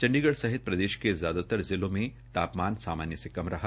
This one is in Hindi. चंडीगढ़ सहित प्रदेश के ज्यादातर जिलों में तामपान सामान्य से कम रहा